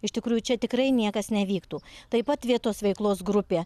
iš tikrųjų čia tikrai niekas nevyktų taip pat vietos veiklos grupė